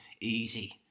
easy